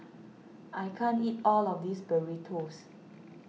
I can't eat all of this Burritos